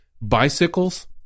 bicycles